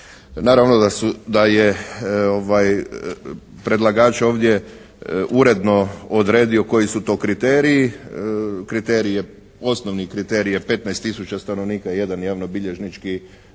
Naravno da je predlagač ovdje uredno odredio koji su to kriteriji. Kriterij je, osnovni kriterij je 15 tisuća stanovnika i jedan javnobilježnički